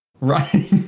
Right